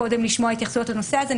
קודם לשמוע התייחסויות לנושא הזה.